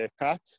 cut